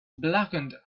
blackened